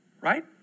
Right